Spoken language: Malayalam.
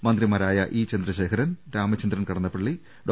മന്ത്രിമാരായ ഇ ചന്ദ്രശേഖരൻ രാമചന്ദ്രൻ കടന്നപ്പളളി ഡോ